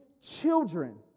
children